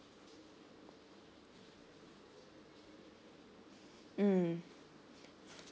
mm